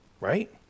right